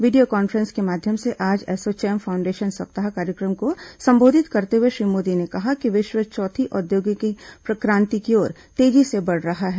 video conference के माध्यम से आज एसोचौम फाउंडेशन सप्ताह कार्यक्रम को संबोधित करते हुए श्री मोदी ने कहा कि विश्व चौथी औद्योगिक क्रांति की ओर तेजी से बढ़ रहा है